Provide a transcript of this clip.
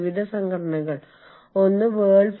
Z ൽ എന്താണ് സംഭവിക്കുന്നതെന്ന് നിങ്ങൾ അറിയേണ്ടതുണ്ട്